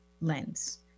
lens